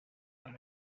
dans